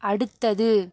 அடுத்தது